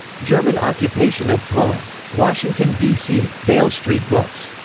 german occupation of poland. washington, d c. dale street books.